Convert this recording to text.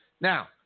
Now